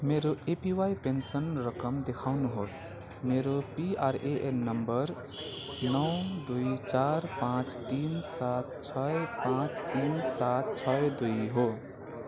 मेरो APY pension रकम देखाउनुहोस् मेरो पिआरएएन नम्बर नौ दुई चार पाँच तिन सात छ पाँच तिन सात छ दुई हो